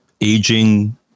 aging